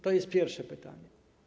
To jest pierwsze pytanie.